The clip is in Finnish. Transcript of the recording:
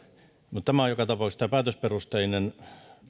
joka tapauksessa tämä päätösperusteinen